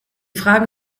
fragen